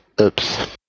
Oops